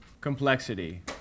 complexity